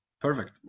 Perfect